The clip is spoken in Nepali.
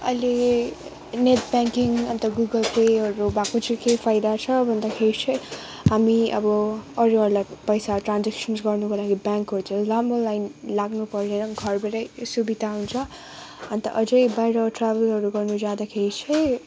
अहिले नेट ब्याङ्किङ अन्त गुगल पेहरू भएको चाहिँ के फाइदा छ भन्दाखेरि चाहिँ हामी अब अरूहरूलाई पैसा ट्रान्स्जेक्सन गर्नुको लागि ब्याङ्कहरूतिर लामो लाइन लाग्नु परेन घरबाटै सुविधा हुन्छ अन्त अझै बाहिर ट्राभलहरू गर्नु जाँदाखेरि चाहिँ